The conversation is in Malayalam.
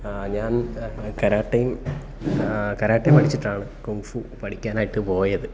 ഞാൻ കരാട്ടെയും കരാട്ടെ പഠിച്ചിട്ടാണ് കുംഫു പഠിക്കാനായിട്ടു പോയത്